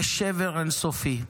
יש שבר אין-סופי.